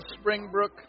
Springbrook